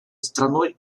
страной